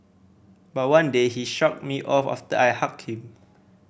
but one day he shrugged me off after I hugged him